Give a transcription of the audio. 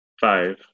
five